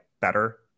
better